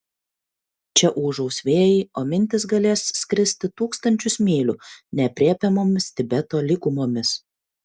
čia ūžaus vėjai o mintys galės skristi tūkstančius mylių neaprėpiamomis tibeto lygumomis